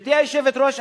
גברתי היושבת-ראש,